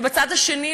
ובצד השני,